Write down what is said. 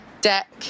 deck